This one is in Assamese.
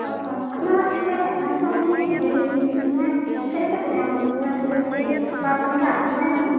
হয় হয় আপোনাৰ এতিয়া এডভান্সটো আপুনি হেৰি মানে কেনেকৈ পঠিয়াম আপোনাৰ গুগল পে' বা আপোনালোকে আহিব নে মানুহ